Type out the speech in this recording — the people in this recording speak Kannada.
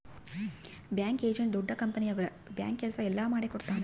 ಬ್ಯಾಂಕ್ ಏಜೆಂಟ್ ದೊಡ್ಡ ಕಂಪನಿ ಅವ್ರ ಬ್ಯಾಂಕ್ ಕೆಲ್ಸ ಎಲ್ಲ ಮಾಡಿಕೊಡ್ತನ